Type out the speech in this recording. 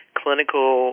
clinical